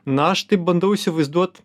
na aš taip bandau įsivaizduot